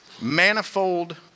manifold